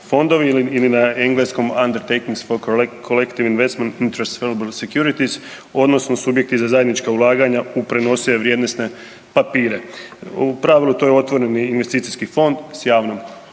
fondovi ili na engleskom Undertakings for Collective Investment Transferable Securities odnosno subjekti za zajednička ulaganja u prenosive vrijednosne papire. U pravilu, to je otvoreni investicijski fond s javnom